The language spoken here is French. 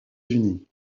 unis